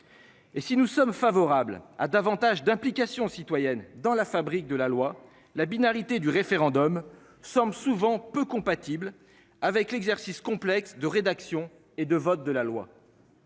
Et si nous sommes favorables à davantage d'implication citoyenne dans la fabrique de la loi, la binarité du référendum sommes souvent peu compatible avec l'exercice complexe de rédaction et de vote de la loi.